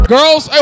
Girls